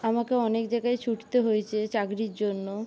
আমাকে অনেক জায়গায় ছুটতে হয়েছে চাকরির জন্য